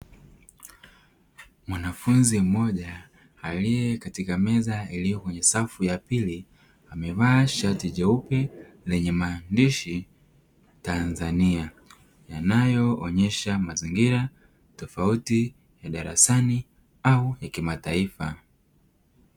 Mwanafunzi mmoja aliye katika meza iliyo kwenye safu ya pili, amevaa shati jeupe lenye maandishi Tanzania. Yanayoonyesha mazingira tofauti ya darasani au kimataifa.